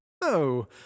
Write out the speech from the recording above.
Oh